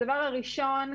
דבר ראשון,